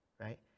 right